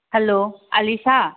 hello Alisha